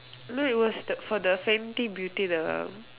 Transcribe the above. no it was the for the Fenty beauty the one